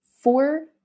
four